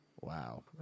Wow